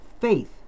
faith